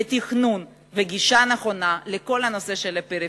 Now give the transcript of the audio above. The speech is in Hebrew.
תכנון וגישה נכונה לכל הנושא של הפריפריה.